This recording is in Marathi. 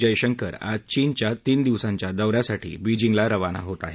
जयशंकर आज चीनच्या तीन दिवसांच्या दौ यासाठी बिजिंगला रवाना होत आहेत